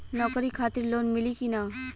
नौकरी खातिर लोन मिली की ना?